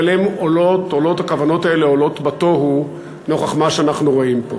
אבל הכוונות האלה עולות בתוהו נוכח מה שאנחנו רואים פה.